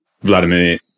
Vladimir